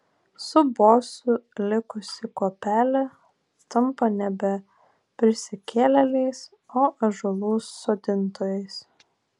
su bosu likusi kuopelė tampa nebe prisikėlėliais o ąžuolų sodintojais